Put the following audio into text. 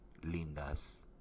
lindas